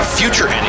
future